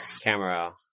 camera